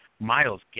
Miles